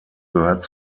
gehört